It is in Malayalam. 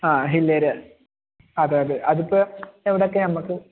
ആ ഹില്ലി ആരിയ അതെ അതെ അതിപ്പം എവിടെ ഒക്കെ നമുക്ക്